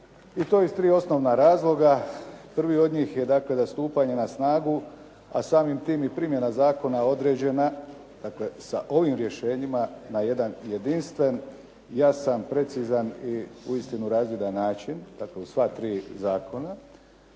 i to iz tri osnovna razloga. Prvi od njih je dakle da stupanje na snagu, a samim tim i primjena zakona određena sa ovim rješenjima na jedan jedinstven, jasan, precizan i uistinu razvidan način, dakle u sva tri zakona.